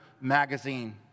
magazine